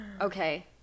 Okay